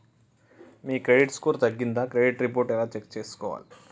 మీ credit score తగ్గిందా credit report ఎలా check చేసుకోవాలి?